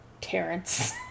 Terrence